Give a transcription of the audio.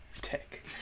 tech